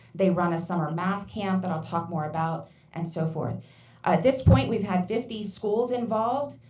they run a summer math camp that i'll talk more about and so forth. at this point we've had fifty schools involved,